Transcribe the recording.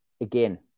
again